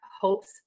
hopes